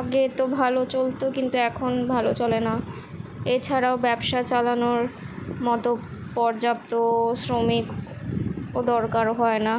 আগে তো ভালো চলতো কিন্তু এখন ভালো চলে না এছাড়াও ব্যবসা চালানোর মতো পর্যাপ্ত শ্রমিকও দরকারও হয় না